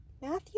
Matthew